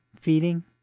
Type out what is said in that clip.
feeding